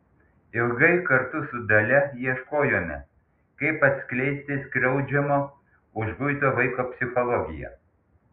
ilgai kartu su dalia ieškojome kaip atskleisti skriaudžiamo užguito vaiko psichologiją